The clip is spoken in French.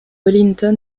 wellington